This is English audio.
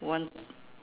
one